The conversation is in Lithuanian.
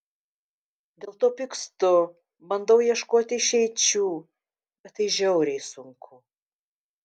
dėl to pykstu bandau ieškoti išeičių bet tai žiauriai sunku